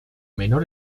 menor